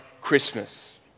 Christmas